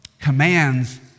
commands